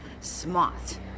smart